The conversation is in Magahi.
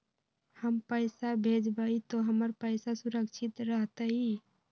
हम पैसा भेजबई तो हमर पैसा सुरक्षित रहतई?